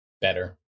Better